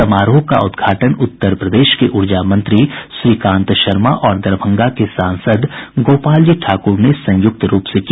समारोह का उद्घाटन उत्तर प्रदेश के ऊर्जा मंत्री श्रीकांत शर्मा और दरभंगा के सांसद गोपालजी ठाकुर ने संयुक्त रूप से किया